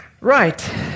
Right